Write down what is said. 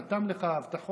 חתם על הבטחות